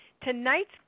tonight's